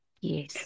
Yes